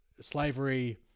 slavery